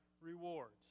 rewards